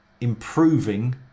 improving